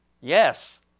Yes